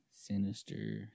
sinister